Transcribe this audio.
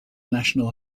national